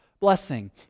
blessing